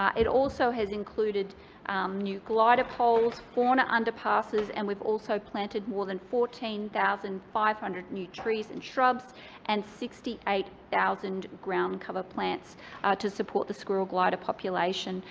um it also has included new glider poles, fauna underpasses, and we've also planted more than fourteen thousand five hundred new trees and shrubs and sixty eight thousand groundcover plants to support the squirrel glider population,